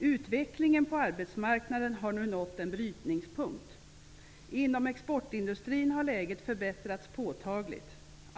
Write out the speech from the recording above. ''Utvecklingen på arbetsmarknaden har nu nått en brytningspunkt.- - Inom exportindustrin har läget förbättrats påtagligt.